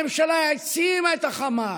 הממשלה העצימה את החמאס.